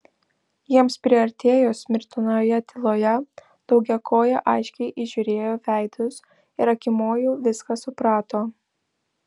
jiems priartėjus mirtinoje tyloje daugiakojė aiškiai įžiūrėjo veidus ir akimoju viską suprato